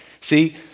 See